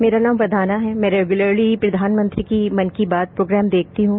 मेरा नाम वरदाना है मैं रेग्यूलरली प्रधानमंत्री की मन की बात प्रोग्राम देखती हूं